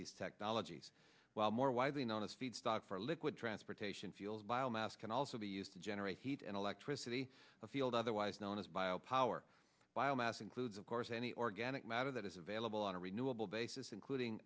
these technologies while more widely known as feedstock for liquid transportation fuels biomass can also be used to generate heat and electricity a field otherwise known as bio power biomass includes of course any organic matter that is available on a renewable basis including